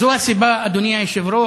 תודה רבה לך, אדוני היושב-ראש.